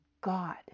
God